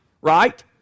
Right